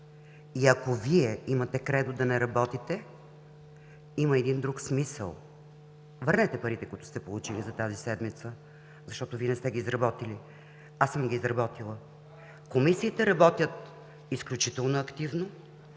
И ако Вие имате кредо да не работите, има друг смисъл – върнете парите, които сте получили за тази седмица, защото не сте ги изработили. Аз съм ги изработила. Комисиите работят изключително активно,